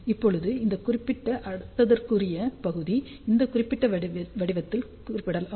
இப்போது இந்த குறிப்பிட்ட அடுக்குக்குறிக்குரிய பகுதி இந்த குறிப்பிட்ட வடிவத்தில் குறிப்பிடலாம்